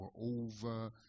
over